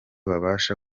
babasha